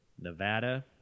Nevada